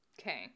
Okay